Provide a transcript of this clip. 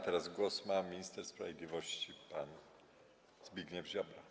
Teraz głos ma minister sprawiedliwości pan Zbigniew Ziobro.